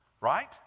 Right